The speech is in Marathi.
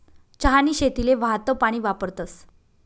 चहानी शेतीले वाहतं पानी वापरतस